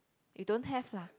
you don't have lah